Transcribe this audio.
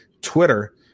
Twitter